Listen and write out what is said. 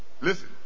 Listen